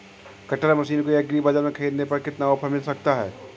Cutter machine को agri बाजार से ख़रीदने पर कितना ऑफर मिल सकता है?